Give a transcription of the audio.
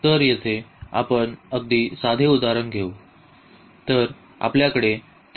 तर येथे आपण अगदी साधे उदाहरण घेऊ